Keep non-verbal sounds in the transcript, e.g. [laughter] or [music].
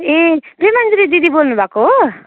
ए [unintelligible] दिदी बोल्नुभएको हो